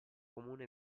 comune